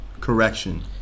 Correction